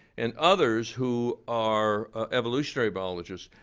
and others who are evolutionary biologists,